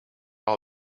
all